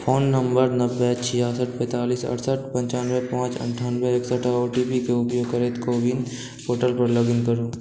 phone number नब्बे छियासठ पेँतालिस अड़सठि पनचानबे पाँच अनठानबे एकसठि आओर ओ टी पी के उपयोग करैत कोविन पोर्टलपर लॉगइन करू